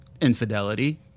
Infidelity